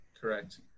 Correct